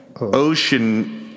ocean